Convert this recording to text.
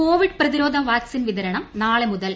Covid പ്രതിരോധ് vaccine വിതരണം നാളെ മുതൽ